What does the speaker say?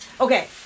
Okay